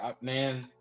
man